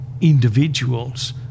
individuals